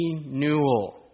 renewal